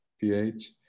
pH